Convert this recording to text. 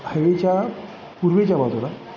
हायवेच्या पूर्वेच्या बाजूला